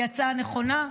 היא הצעה נכונה,